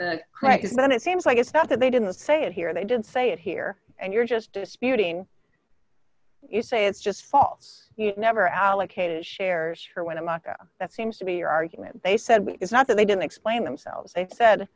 the crack is then it seems like it's not that they didn't say it here they didn't say it here and you're just disputing you say it's just false you never allocated shares her with america that seems to be your argument they said it's not that they didn't explain themselves they said